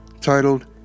titled